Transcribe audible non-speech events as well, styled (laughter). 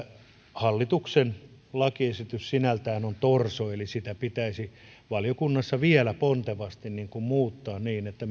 hallituksen lakiesitys sinällään on torso eli sitä pitäisi valiokunnassa vielä pontevasti muuttaa niin että (unintelligible)